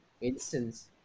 instance